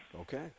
Okay